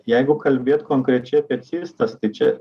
jeigu kalbėt konkrečia cistas tai čia